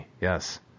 Yes